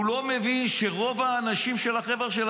והוא לא מבין שרוב האנשים של החבר'ה של